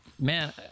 man